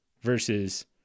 versus